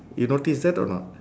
you notice that or not